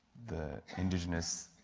the indigenous